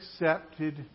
accepted